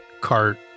cart